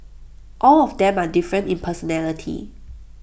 all of them are different in personality